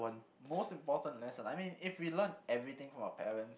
most important lesson I mean if we learn everything from our parent